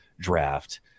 draft